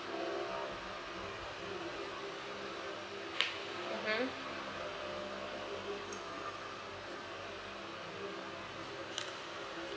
mmhmm